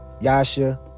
Yasha